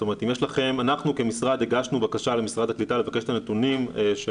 אנחנו כמשרד הגשנו בקשה למשרד הקליטה לקבל את הנתונים של